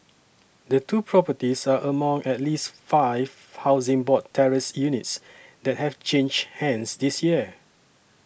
the two properties are among at least five Housing Board terraced units that have changed hands this year